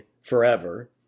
forever